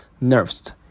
nerves